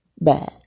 bad